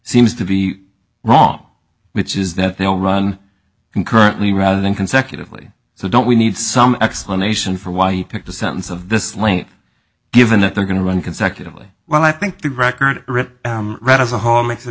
seems to be wrong which is that they all run concurrently rather than consecutively so don't we need some explanation for why you picked a sentence of this length given that they're going to run consecutively well i think the record read as a whole makes it